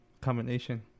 combination